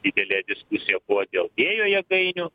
didelė diskusija buvo dėl vėjo jėgainių